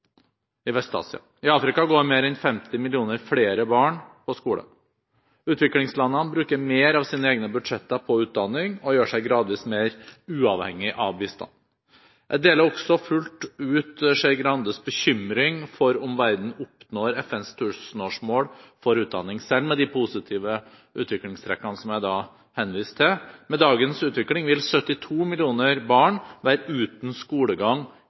Afrika går mer enn 50 millioner flere barn på skolen. Utviklingslandene bruker mer av sine egne budsjetter på utdanning og gjør seg gradvis mer uavhengige av bistand. Jeg deler også fullt ut Skei Grandes bekymring for om verden oppnår FNs tusenårsmål for utdanning, selv med de positive utviklingstrekkene som jeg henviser til: Med dagens utvikling vil 72 millioner barn være uten skolegang